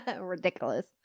Ridiculous